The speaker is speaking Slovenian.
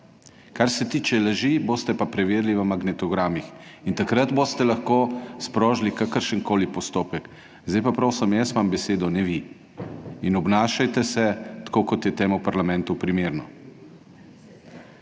Kar se tiče laži boste pa preverili v magnetogramih. In takrat boste lahko sprožili kakršenkoli postopek…/oglašanje iz klopi/ Zdaj pa prosim, jaz imam besedo, ne vi in obnašajte se tako, kot je temu parlamentu primerno.